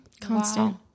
constant